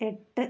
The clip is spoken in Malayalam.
എട്ട്